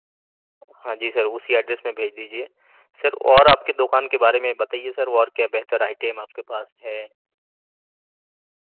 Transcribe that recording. ہاں جی سر اسی ایڈریس میں بھیج دیجیے سر اور آپ کے دکان کے بارے میں بتائیے سر اور کیا بہتر آئٹم آپ کے پاس ہے